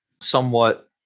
somewhat